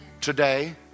Today